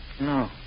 No